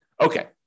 Okay